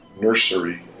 nursery